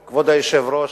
היושב-ראש,